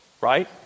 right